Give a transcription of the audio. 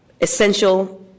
essential